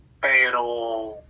Pero